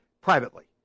privately